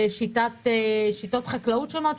שיטות חקלאות שונות,